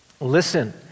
Listen